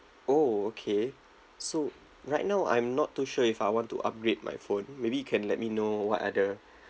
oh okay so right now I'm not too sure if I want to upgrade my phone maybe you can let me know what are the